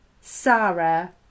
Sarah